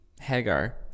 Hagar